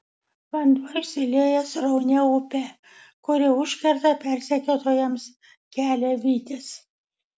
vanduo išsilieja sraunia upe kuri užkerta persekiotojams kelią vytis